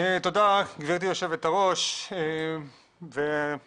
תודה גבירתי היו"ר על הדיון.